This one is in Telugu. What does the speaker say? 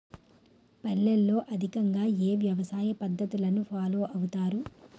పల్లెల్లో అధికంగా ఏ వ్యవసాయ పద్ధతులను ఫాలో అవతారు?